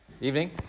Evening